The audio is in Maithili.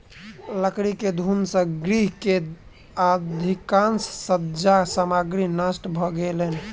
लकड़ी के घुन से गृह के अधिकाँश सज्जा सामग्री नष्ट भ गेलैन